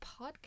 podcast